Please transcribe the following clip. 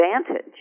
advantage